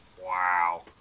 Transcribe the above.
Wow